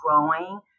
growing